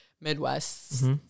midwest